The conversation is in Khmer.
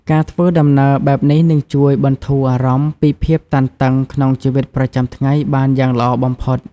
ការធ្វើដំណើរបែបនេះនឹងជួយបន្ធូរអារម្មណ៍ពីភាពតានតឹងក្នុងជីវិតប្រចាំថ្ងៃបានយ៉ាងល្អបំផុត។